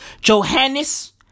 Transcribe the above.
Johannes